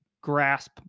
grasp